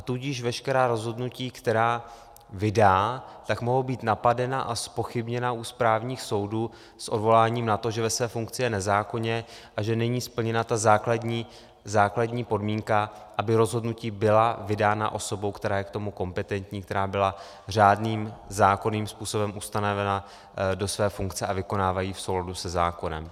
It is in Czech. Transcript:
Tudíž veškerá rozhodnutí, která vydá, mohou být napadena a zpochybněna u správních soudů s odvoláním na to, že ve své funkci je nezákonně a že není splněna ta základní podmínka, aby rozhodnutí byla vydána osobou, která je k tomu kompetentní, která byla řádným zákonným způsobem ustanovena do své funkce a vykonává ji v souladu se zákonem.